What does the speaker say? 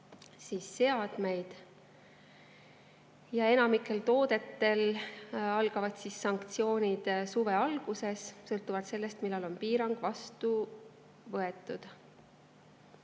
ja seadmeid. Enamikul toodetel algavad sanktsioonid suve alguses, sõltuvalt sellest, millal on piirang vastu võetud.